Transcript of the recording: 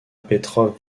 petrov